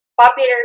popular